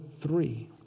three